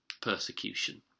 persecution